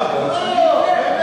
אף